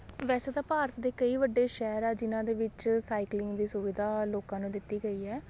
ਵੈਸੇ ਤਾਂ ਭਾਰਤ ਦੇ ਕਈ ਵੱਡੇ ਸ਼ਹਿਰ ਹੈ ਜਿਹਨਾਂ ਦੇ ਵਿੱਚ ਸਾਈਕਲਿੰਗ ਦੀ ਸੁਵਿਧਾ ਲੋਕਾਂ ਨੂੰ ਦਿੱਤੀ ਗਈ ਹੈ